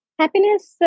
happiness